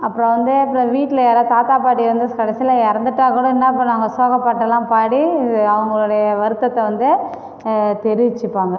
அப்புறோம் வந்து அப்புறோம் வீட்டில் யாரா தாத்தா பாட்டி வந்து கடைசியில் இறந்துட்டா கூட என்ன பண்ணுவாங்கள் சோக பாட்டுலாம் பாடி அவங்களுடைய வருத்தத்தை வந்து தெரிவிச்சுப்பாங்க